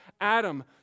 Adam